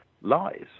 lies